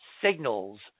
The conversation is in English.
signals